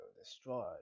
destroyed